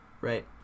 right